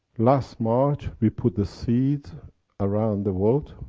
last march we put the seeds around the world,